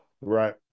Right